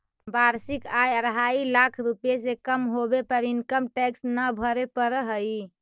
वार्षिक आय अढ़ाई लाख रुपए से कम होवे पर इनकम टैक्स न भरे पड़ऽ हई